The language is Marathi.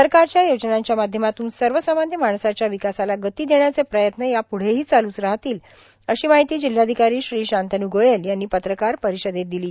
सरकारच्या योजनांच्या माध्यमातून सव सामान्य माणसाच्या ावकासाला गती देण्याचे प्रयत्न या पुढेहां चालूच राहतील अशी माहिती जिल्हाधिकारां श्री शांतनू गोयल यांनी पत्रकार र्पारषदेत दिली